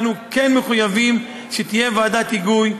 אנחנו כן מחויבים שתהיה ועדת היגוי,